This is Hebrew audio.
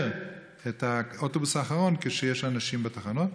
את האוטובוס האחרון כשיש אנשים בתחנות?